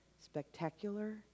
spectacular